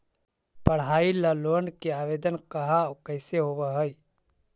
पढाई ल लोन के आवेदन कहा औ कैसे होब है?